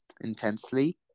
intensely